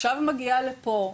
עכשיו מגיעה לפה.